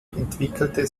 entwickelte